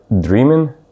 dreaming